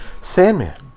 Sandman